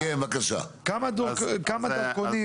כמה דרכונים?